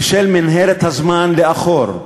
ושל מנהרת הזמן לאחור,